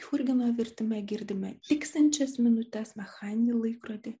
churgino vertime girdime tiksinčias minutes mechaninį laikrodį